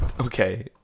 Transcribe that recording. okay